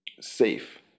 safe